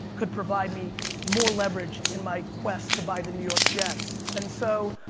could provide me more leverage in my quest to buy the new york jets. and so